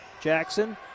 Jackson